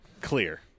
clear